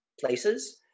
places